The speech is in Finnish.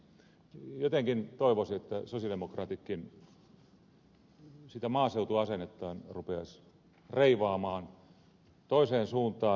jotenkin toivoisi että sosialidemokraatitkin sitä maaseutuasennettaan rupeaisivat reivaamaan toiseen suuntaan